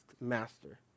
master